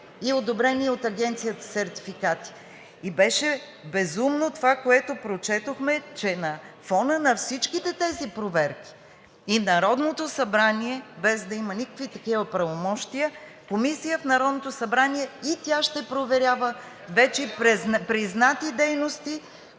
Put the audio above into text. и одобрени от Агенцията сертификати. Беше безумно това, което прочетохме – че на фона на всичките тези проверки и Народното събрание, без да има никакви такива правомощия, и комисия в Народното събрание ще проверява вече признати дейности,